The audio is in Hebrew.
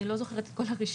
אני לא זוכרת את כל הרשימה.